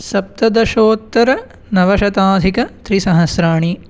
सप्तदशोत्तरनवशताधिकत्रिसहस्राणि